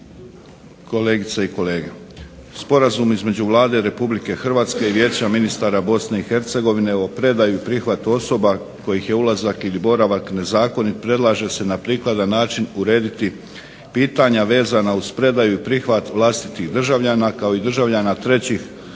Sporazum između Vlade Republike Hrvatske i Vijeća ministara Bosne i Hercegovine o predaji i prihvatu osoba kojih je ulazak ili boravak nezakonit predlaže se na prikladan način urediti pitanja vezana uz predaju i prihvat vlastitih državljana kao i državljana trećih država